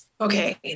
Okay